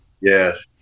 Yes